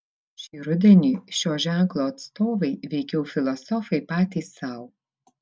šį rudenį šio ženklo atstovai veikiau filosofai patys sau